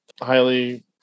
Highly